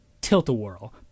tilt-a-whirl